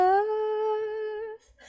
earth